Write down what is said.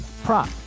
Prop